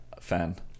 fan